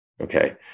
Okay